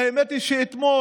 והאמת היא שאתמול,